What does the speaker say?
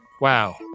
Wow